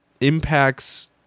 impacts